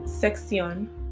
sección